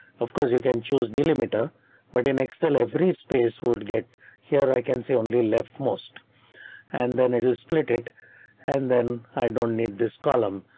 of course you can choose delimiter but in excel every space would get here i can see only leftmost and then it will split it and then i don't need this column.